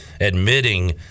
admitting